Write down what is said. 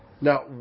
Now